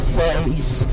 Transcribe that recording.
face